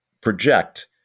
project